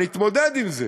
נתמודד עם זה.